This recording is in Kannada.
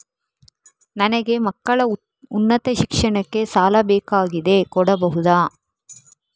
ನನಗೆ ಮಕ್ಕಳ ಉನ್ನತ ಶಿಕ್ಷಣಕ್ಕೆ ಸಾಲ ಬೇಕಾಗಿದೆ ಕೊಡಬಹುದ?